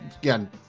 again